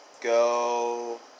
go